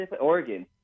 Oregon